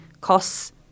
costs